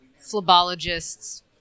phlebologist's